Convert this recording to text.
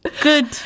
good